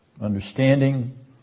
understanding